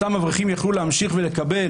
אותם אברכים יוכלו להמשיך ולקבל